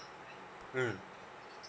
mm